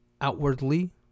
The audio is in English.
outwardly